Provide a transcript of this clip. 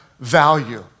value